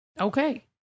Okay